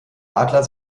adler